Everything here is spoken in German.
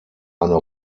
eine